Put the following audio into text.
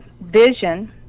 vision